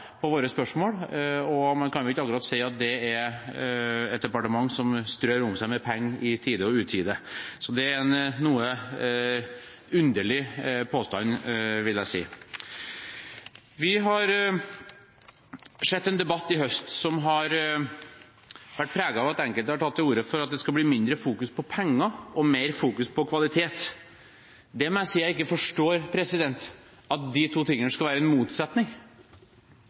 på våre spørsmål, og en kan ikke akkurat si at det er et departement som strør om seg med penger i tide og utide. Så det er en noe underlig påstand, vil jeg si. Vi har sett en debatt i høst som har vært preget av at enkelte har tatt til orde for at det skal bli mindre fokus på penger og mer fokus på kvalitet. Det må jeg si at jeg ikke forstår, at de to tingene skal være en motsetning.